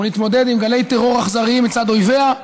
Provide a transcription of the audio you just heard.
ולהתמודד עם גלי טרור אכזריים מצד אויביה,